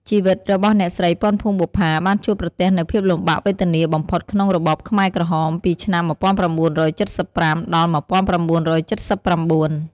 ជីវិតរបស់អ្នកស្រី ពាន់ ភួងបុប្ផា បានជួបប្រទះនូវភាពលំបាកវេទនាបំផុតក្នុងរបបខ្មែរក្រហម ពីឆ្នាំ ១៩៧៥ ដល់ ១៩៧៩។